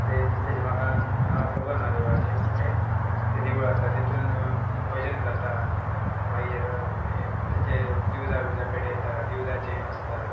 तें तशें म्हाका नांव खबर ना देवळाचें पूण तें तें देवळां आसता तेतून भजन जाता मागीर हे तेचे दिवजा विजा पेटयता दिवजाचें आसता